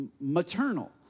maternal